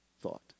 thought